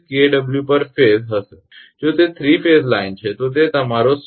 34 𝑘𝑊 𝑝ℎ𝑎𝑠𝑒 હશે જો તે 3 ફેઝ લાઇન છે તો તે તમારો 16